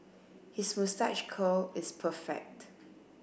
his moustache curl is perfect